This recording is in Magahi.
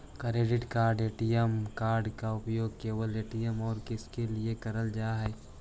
क्रेडिट कार्ड ए.टी.एम कार्ड के उपयोग केवल ए.टी.एम और किसके के लिए करल जा है?